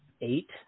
eight